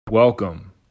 Welcome